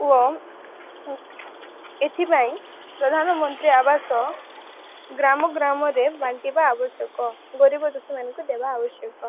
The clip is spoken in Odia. ୱ ଏଥିପାଇଁ ପ୍ରଧାନ ମନ୍ତ୍ରୀ ଆବାସ ଗ୍ରାମ ଗ୍ରାମରେ ବାଣ୍ଟିବା ଆବଶ୍ୟକ ଗରିବ ଦୁଃଖୀମାନଙ୍କୁ ଦେବା ଆବଶ୍ୟକ